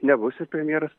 nebus ir premjeras